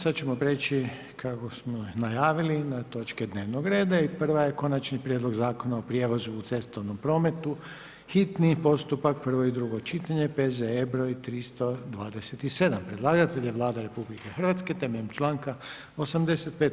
Sad ćemo prijeći kako smo najavili, na točke dnevnog reda i prva je: - Konačni prijedlog Zakona o prijevozu u cestovnom prometu, hitni postupak, prvo i drugo čitanje, P.Z.E. br. 327 Predlagatelj je Vlada RH na temelju članka 85.